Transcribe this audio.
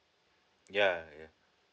yeah yeah